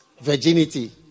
virginity